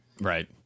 right